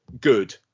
good